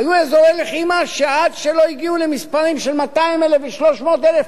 היו אזורי לחימה שעד שלא הגיעו למספרים של 200,000 ו-300,000,